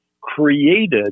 created